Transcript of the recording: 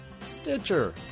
Stitcher